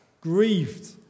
grieved